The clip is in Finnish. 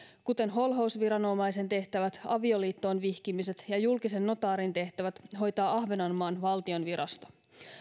kuten holhousviranomaisen tehtävät avioliittoon vihkimiset ja julkisen notaarin tehtävät hoitaa ahvenanmaan valtionvirasto